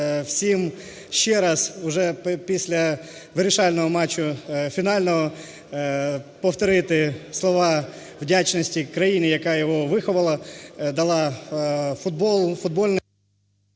всім ще раз, вже після вирішального матчу фінального, повторити слова вдячності країні, яка його виховала, дала футбол,